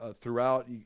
throughout